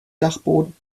dachboden